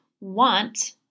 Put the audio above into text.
want